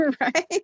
Right